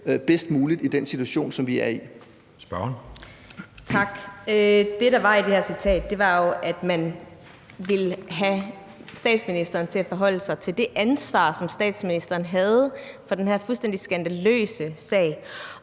16:13 Susie Jessen (DD): Tak. Det, der var i det her citat, var, at man ville have statsministeren til at forholde sig til det ansvar, som statsministeren havde for den her fuldstændig skandaløse sag.